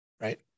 right